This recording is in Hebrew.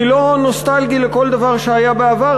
אני לא נוסטלגי לכל דבר שהיה בעבר,